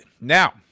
now